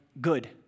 good